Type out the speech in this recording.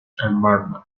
environment